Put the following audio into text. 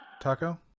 Taco